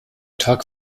tag